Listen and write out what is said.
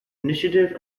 initiative